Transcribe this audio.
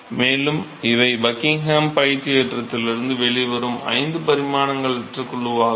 மேலும் இவை பக்கிங்ஹாம் π தேற்றத்திலிருந்து வெளிவரும் ஐந்து பரிமாணங்களற்ற குழுவாகும்